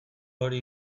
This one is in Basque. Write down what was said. hori